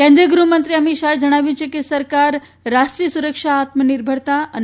કેન્દ્રિય ગૃહમંત્રી અમિત શાહે જણાવ્યું છે કે સરકાર રાષ્ટ્રીય સુરક્ષા આત્મનિર્ભરતા અને